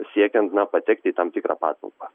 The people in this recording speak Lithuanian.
siekiant na patekti į tam tikrą patalpą